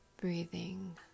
breathing